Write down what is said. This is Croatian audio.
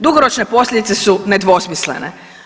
Dugoročne posljedice su nedvosmislene.